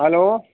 hello